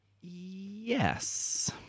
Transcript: Yes